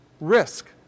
risk